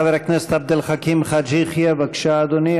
חבר הכנסת עבד אל חכים חאג' יחיא, בבקשה, אדוני.